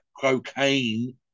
cocaine